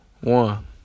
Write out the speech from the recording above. One